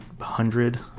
hundred